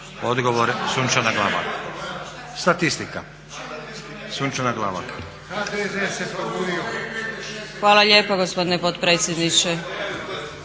odgovara Sunčana Glavak. **Glavak, Sunčana (HDZ)** Hvala lijepa gospodine potpredsjedniče.